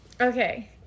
Okay